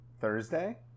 Thursday